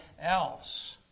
else